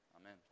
Amen